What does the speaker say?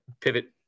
pivot